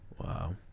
Wow